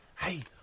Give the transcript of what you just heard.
Hey